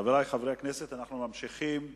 חברי חברי הכנסת, אנחנו ממשיכים בסדר-היום: